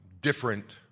different